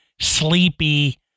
sleepy